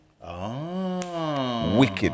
Wicked